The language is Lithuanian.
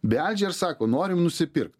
beldžia ir sako norim nusipirkt